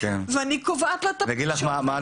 ואני קובעת לה הכול,